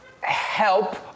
help